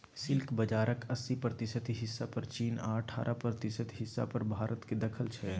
silk बजारक अस्सी प्रतिशत हिस्सा पर चीन आ अठारह प्रतिशत हिस्सा पर भारतक दखल छै